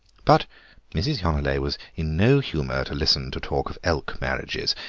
but mrs. yonelet was in no humour to listen to talk of elk marriages.